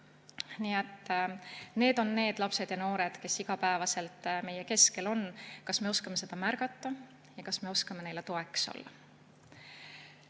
need on need lapsed ja noored, kes on igapäevaselt meie keskel. Kas me oskame seda märgata ja kas me oskame neile toeks olla?